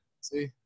see